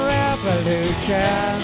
revolution